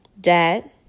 Dad